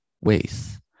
ways